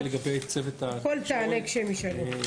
הכול תענה כשהם ישאלו.